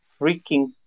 freaking